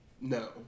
No